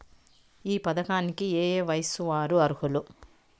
ఈ పథకానికి ఏయే వయస్సు వారు అర్హులు?